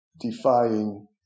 Defying